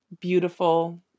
beautiful